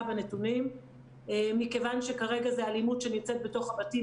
בנתונים מכיוון שכרגע זו אלימות שנמצאת בתוך הבתים,